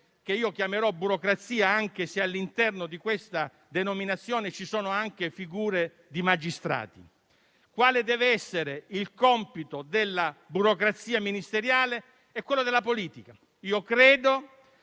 che io chiamerò burocrazia anche se tale denominazione comprende anche figure di magistrati. Quale deve essere il compito della burocrazia ministeriale e quello della politica? Credo